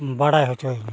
ᱵᱟᱲᱟᱭ ᱦᱚᱪᱚᱧ ᱢᱮ